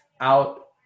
out